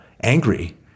angry